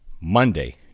Monday